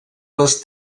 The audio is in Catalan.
les